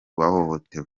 bahohotewe